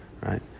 right